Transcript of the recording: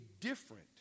different